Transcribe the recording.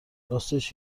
راستش